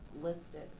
listed